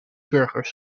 burgers